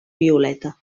violeta